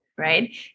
Right